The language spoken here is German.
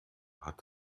hat